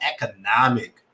economic